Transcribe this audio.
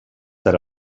per